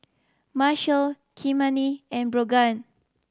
Marshal Kymani and Brogan